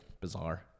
bizarre